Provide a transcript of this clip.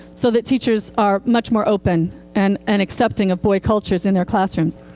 so that teachers are much more open and and accepting of boy cultures in their classrooms.